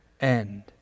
end